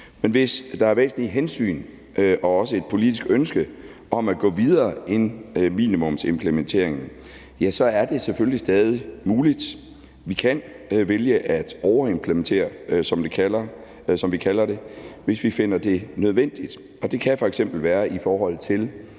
Men hvis der er væsentlige hensyn at tage og også et politisk ønske om at gå videre end minimumsimplementeringen, er det selvfølgelig stadig muligt. Vi kan vælge at overimplementere, som vi kalder det, hvis vi finder det nødvendigt. Det kan f.eks. være i forhold til